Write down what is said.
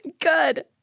Good